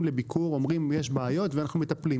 לביקור ואומרים לנו שם שיש בעיות ואנחנו מטפלים.